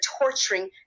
torturing